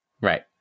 Right